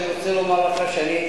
שהיינו נשפטים רק על מעשינו.